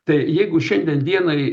tai jeigu šiandien dienai